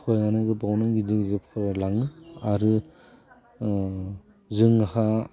फरायनानै गोबाङानो गिदिर गिदिर फरायलाङो आरो जोंहा